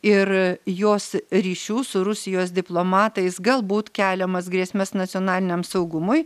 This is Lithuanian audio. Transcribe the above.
ir jos ryšių su rusijos diplomatais galbūt keliamas grėsmes nacionaliniam saugumui